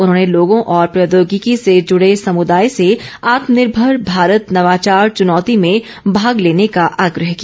उन्होंने लोगों और प्रौद्योगिकी से जुड़े समुदाय से आत्मनिर्भर भारत नवाचार चुनौती में भाग लेने का आग्रह किया